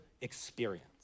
experience